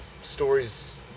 stories